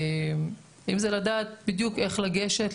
אם זה לדעת בדיוק איך לגשת,